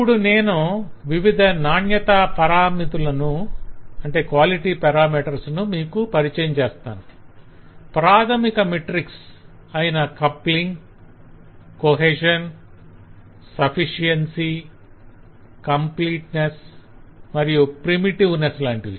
ఇప్పుడు నేను వివిధ నాణ్యతా పరామితులను మీకు పరిచయం చేస్తాను ప్రాధమిక మెట్రిక్స్ అయిన కప్లింగ్ కొహెషన్ సఫిషియన్సి కంప్లీట్నెస్ మరియు ప్రిమిటివ్ నెస్ లాంటివి